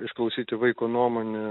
išklausyti vaiko nuomonę